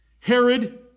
Herod